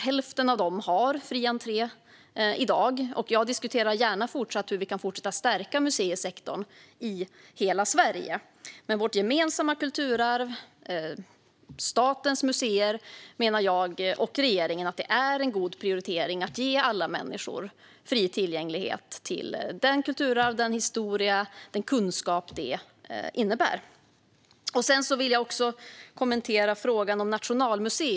Hälften av dessa har fri entré i dag, och jag diskuterar gärna hur vi kan fortsätta att stärka museisektorn i hela Sverige. När det gäller vårt gemensamma kulturarv och statens museer menar dock jag och regeringen att det är en god prioritering att ge alla människor fri tillgänglighet till det kulturarv, den historia och den kunskap de innebär. Jag vill också kommentera frågan om Nationalmuseum.